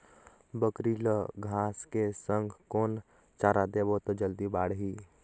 बकरी ल घांस के संग कौन चारा देबो त जल्दी बढाही?